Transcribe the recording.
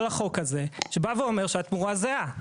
כל החוק הזה, שבא ואומר שהתמורה זהה.